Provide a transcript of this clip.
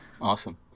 Awesome